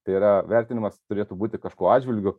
tai yra vertinimas turėtų būti kažko atžvilgiu